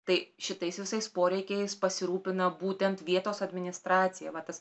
tai šitais visais poreikiais pasirūpina būtent vietos administracija va tas